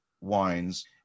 wines